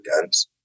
guns